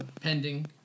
Pending